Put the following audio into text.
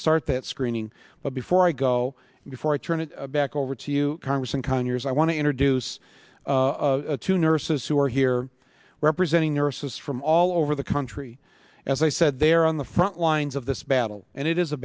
start that screening but before i go before i turn it back over to you congressman conyers i want to introduce two nurses who are here representing nurses from all over the country as i said they're on the front lines of this battle and it is a